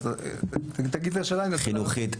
חינוכית: